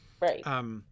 Right